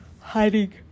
hiding